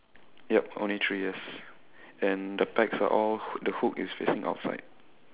yup only three ears and the bags are all the hook is facing outside